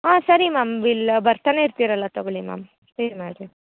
ಹಾಂ ಸರಿ ma'am bill ಬರ್ತಾನೆ ಇರ್ತಿರಲ್ಲ ತೊಗೊಳ್ಳಿ ಮ್ಯಾಮ್ ಪೇ ಮಾಡಿ